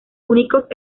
únicos